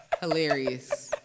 Hilarious